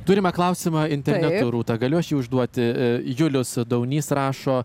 turime klausimą internetu rūta galiu aš jį užduoti a julius daunys rašo